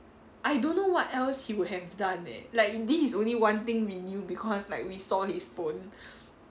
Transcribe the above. I don't know what else he would have done eh is like this is only one thing we knew because like we saw his phone